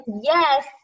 yes